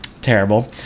Terrible